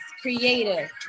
Creative